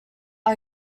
are